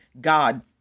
God